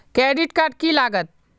Credit card की लागत?